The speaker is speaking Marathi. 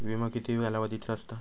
विमो किती कालावधीचो असता?